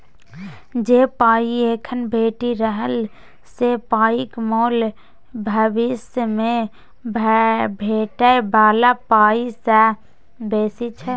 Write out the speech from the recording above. जे पाइ एखन भेटि रहल से पाइक मोल भबिस मे भेटै बला पाइ सँ बेसी छै